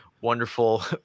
wonderful